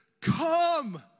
come